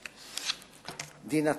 דין התורה.